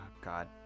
God